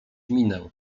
minę